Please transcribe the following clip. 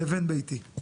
לבין ביתי.